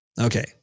Okay